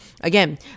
Again